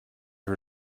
her